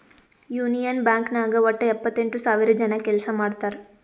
union bank ನಾಗ್ ವಟ್ಟ ಎಪ್ಪತ್ತೆಂಟು ಸಾವಿರ ಜನ ಕೆಲ್ಸಾ ಮಾಡ್ತಾರ್